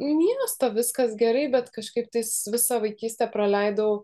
miesto viskas gerai bet kažkaip tais visą vaikystę praleidau